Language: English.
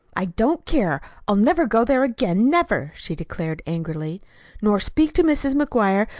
i don't care! i'll never go there again never! she declared angrily nor speak to mrs. mcguire,